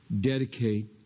dedicate